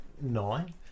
nine